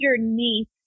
underneath